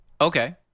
Okay